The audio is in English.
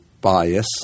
bias